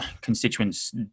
constituents